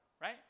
right